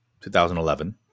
2011